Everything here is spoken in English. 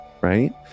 right